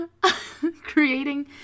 creating